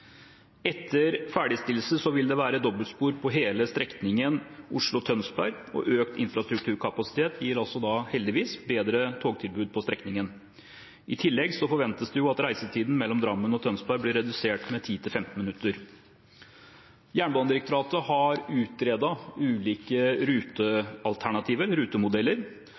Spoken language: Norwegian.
Etter ferdigstillelse vil det være dobbeltspor på hele strekningen Oslo–Tønsberg, og økt infrastrukturkapasitet gir altså da heldigvis bedre togtilbud på strekningen. I tillegg forventes det at reisetiden mellom Drammen og Tønsberg blir redusert med 10–15 minutter. Jernbanedirektoratet har utredet ulike